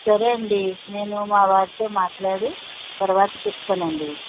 సరే అండి నేను మా వారుతో మాట్లాడి తరువాత చెప్తానండి